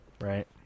Right